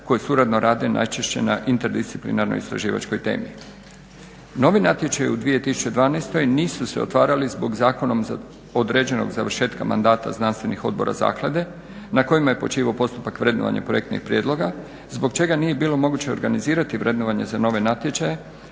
koje suradno rade najčešće na interdisciplinarnoj istraživačkoj temi. Novi natječaj u 2012.nisu se otvarali zbog zakonom određenog završetka mandata znanstvenih odbora zaklade na kojima je počivao postupak vrednovanja projektnih prijedloga zbog čega nije bilo moguće organizirati vrednovanje za nove natječaje